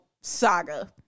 saga